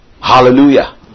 Hallelujah